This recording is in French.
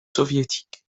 soviétiques